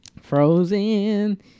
Frozen